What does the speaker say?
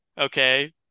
Okay